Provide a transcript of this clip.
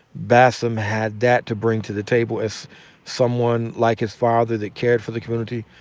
bassem had that to bring to the table as someone like his father that cared for the community,